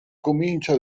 comincia